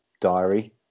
diary